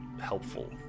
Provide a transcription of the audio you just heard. helpful